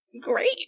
great